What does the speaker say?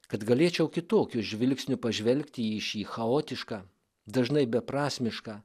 kad galėčiau kitokiu žvilgsniu pažvelgti į šį chaotišką dažnai beprasmišką